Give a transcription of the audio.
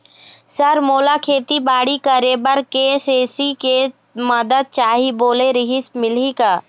Sir मोला खेतीबाड़ी करेबर के.सी.सी के मंदत चाही बोले रीहिस मिलही का?